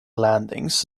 landings